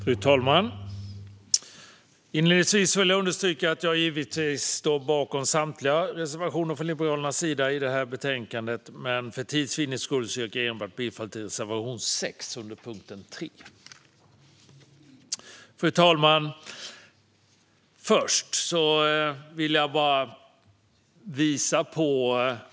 Fru talman! Inledningsvis vill jag understryka att jag står bakom samtliga Liberalernas reservationer i betänkandet, men för tids vinnande yrkar jag bifall enbart till reservation 6 under punkt 3. Fru talman!